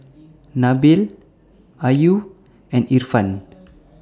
Nabil Ayu and Irfan